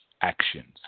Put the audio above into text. actions